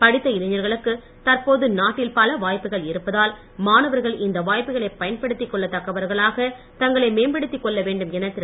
படித்த இளைஞர்களுக்கு தற்போது நாட்டில் பல வாய்ப்புகள் இருப்பதால் மாணவர்கள் இந்த வாய்ப்புகளை பயன்படுத்திக் கொள்ளத் தக்கவர்களாக தங்களை மேம்படுத்தி கொள்ள வேண்டும் என திரு